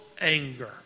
anger